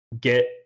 get